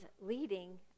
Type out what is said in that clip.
leading